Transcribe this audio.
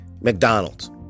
McDonald's